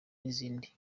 n’izindi